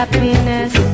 Happiness